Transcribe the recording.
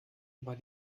war